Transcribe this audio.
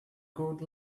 good